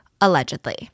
Allegedly